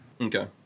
Okay